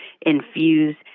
infuse